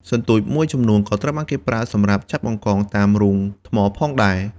សន្ទូចមួយចំនួនក៏ត្រូវបានគេប្រើសម្រាប់ចាប់បង្កងតាមរូងថ្មផងដែរ។